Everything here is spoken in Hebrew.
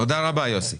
תודה רבה, יוסי.